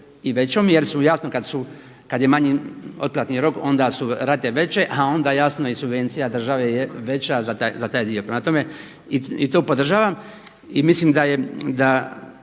I većom jer su jasno kada je manji otplatni rok onda su rate veće a onda jasno i subvencija države je veća za taj dio. Prema tome i to podržavam i mislim da je,